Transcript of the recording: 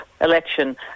election